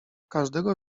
każdego